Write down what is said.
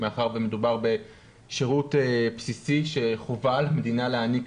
מאחר שמדובר בשירות בסיסי שחובה על מדינה להעניק